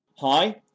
Hi